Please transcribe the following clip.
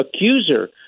accuser